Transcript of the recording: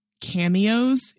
cameos